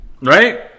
Right